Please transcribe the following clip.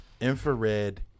infrared